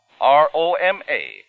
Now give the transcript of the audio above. R-O-M-A